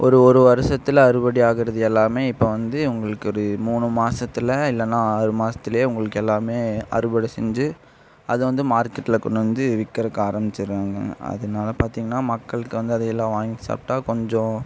ஒரு ஒரு வருஷத்துல அறுவடை ஆகுறது எல்லாமே இப்போது வந்து உங்களுக்கு ஒரு மூணு மாதத்துல இல்லைனா ஆறு மாதத்துலயே உங்களுக்கு எல்லாமே அறுவடை செஞ்சு அதை வந்து மார்கெட்டில் கொண்டு வந்து விற்கறக்கு ஆரம்பித்திர்றாங்க அதனால் பார்த்தீங்கன்னா மக்களுக்கு வந்து அதையெல்லாம் வாங்கி சாப்பிட்டா கொஞ்சம்